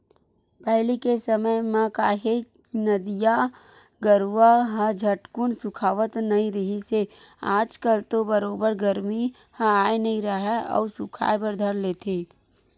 पहिली के समे म काहे नदिया, नरूवा ह झटकून सुखावत नइ रिहिस हे आज कल तो बरोबर गरमी ह आय नइ राहय अउ सुखाय बर धर लेथे